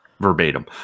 verbatim